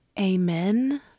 Amen